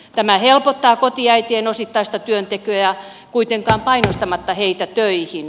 tämä helpottaa kotiäitien osittaista työntekoa kuitenkaan painostamatta heitä töihin